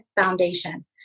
foundation